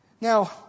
Now